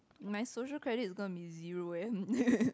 my social credit is going to be zero eh